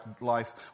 life